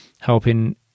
helping